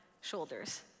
shoulders